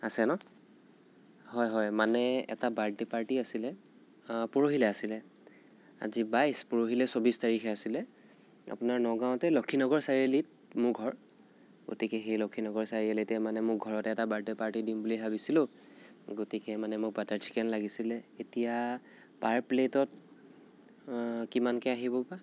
আছে ন' হয় হয় মানে এটা বাৰ্থদে পাৰ্টি আছিলে পৰহিলৈ আছিলে আজি বাইছ পৰহিলৈ চৌব্বিছ তাৰিখে আছিলে আপোনাৰ নগাঁৱতে লক্ষীনগৰ চাৰিআলিত মোৰ ঘৰ গতিকে সেই লক্ষীনগৰ চাৰিআলিতে মোৰ ঘৰতে এটা বাৰ্থদে পাৰ্টি দিম বুলি ভাবিছিলোঁ গতিকে মানে মোক বাটাৰ চিকেন লাগিছিলে এতিয়া পাৰ প্লেটত কিমানকৈ আহিব বা